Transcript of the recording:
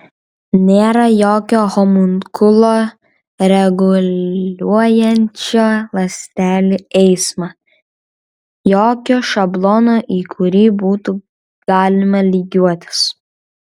nėra jokio homunkulo reguliuojančio ląstelių eismą jokio šablono į kurį būtų galima lygiuotis